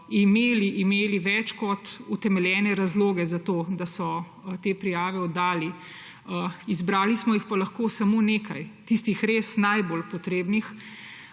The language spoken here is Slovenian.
imeli več kot utemeljene razloge za to, da so te prijave oddali – izbrali smo jih pa lahko samo nekaj tistih res najbolj pomoči